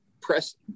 press